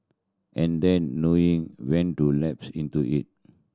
and then knowing when to lapse into it